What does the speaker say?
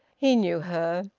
he knew her.